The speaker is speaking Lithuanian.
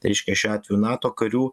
reiškia šiuo atveju nato karių